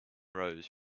rose